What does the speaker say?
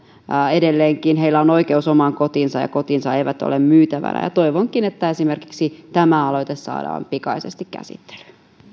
edelleenkin oikeus omaan kotiinsa ja heidän kotinsa eivät ole myytävänä toivonkin että esimerkiksi tämä aloite saadaan pikaisesti käsittelyyn